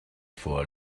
for